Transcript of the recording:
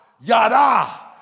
yada